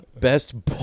best